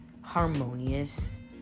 harmonious